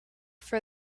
for